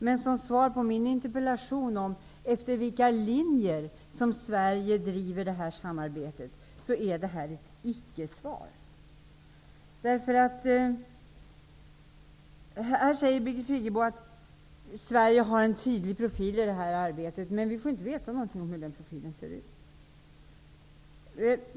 Men med tanke på att jag i min interpellation frågade efter vilka linjer Sverige driver detta samarbete, så är det här ett icke-svar. Birgit Friggebo säger i svaret att Sverige har en tydlig profil i det här arbetet, men vi får inte veta något om hur den profilen ser ut.